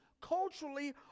culturally